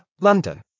London